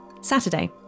Saturday